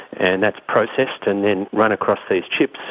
and that's processed and then run across these chips,